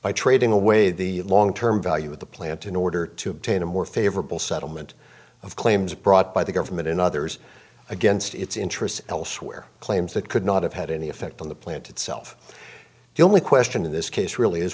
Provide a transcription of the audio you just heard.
by trading away the long term value of the plant in order to obtain a more favorable settlement of claims brought by the government and others against its interests elsewhere claims that could not have had any effect on the plant itself the only question in this case really is